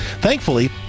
thankfully